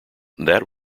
that